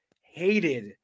hated